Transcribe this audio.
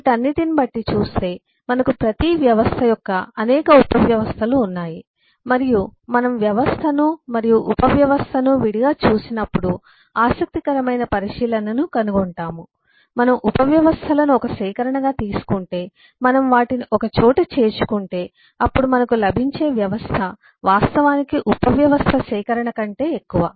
వీటన్నిటిని బట్టి చూస్తే మనకు ప్రతి వ్యవస్థ యొక్క అనేక ఉపవ్యవస్థలు ఉన్నాయి మరియు మనం వ్యవస్థను మరియు ఉపవ్యవస్థను విడిగా చూసినప్పుడు ఆసక్తికరమైన పరిశీలనను కనుగొంటాము మనం ఉపవ్యవస్థలను ఒక సేకరణగా తీసుకుంటే మనం వాటిని ఒకచోట చేర్చుకుంటే అప్పుడు మనకు లభించే వ్యవస్థ వాస్తవానికి ఉపవ్యవస్థ సేకరణ కంటే ఎక్కువ